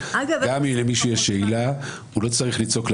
אני לא חייב לפרט את השיקולים שלי איך אני מנהל אותה ומה אני צריך.